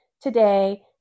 today